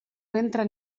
ventre